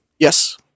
Yes